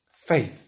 Faith